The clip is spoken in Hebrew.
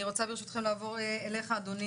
אני רוצה ברשותכם לעבור אליך אדוני,